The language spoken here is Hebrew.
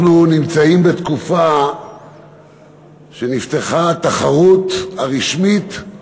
אנחנו נמצאים בתקופה שנפתחה התחרות הרשמית ל,